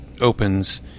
opens